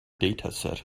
dataset